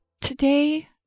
today